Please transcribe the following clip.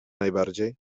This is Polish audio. najbardziej